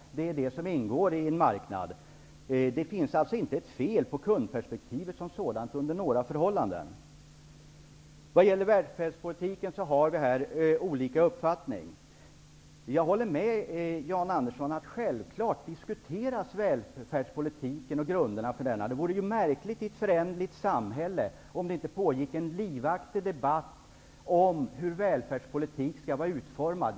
Det är det som ingår i en marknad. Det finns alltså inte under några förhållanden något fel på kundperspektivet som sådant. Vi har olika uppfattning om välfärdspolitiken. Jag håller med Jan Andersson om att välfärdspolitiken och grunderna för denna självfallet skall diskuteras. Det vore underligt i ett föränderligt samhälle om det inte pågick en livaktig debatt om hur välfärdspolitiken skall vara utformad.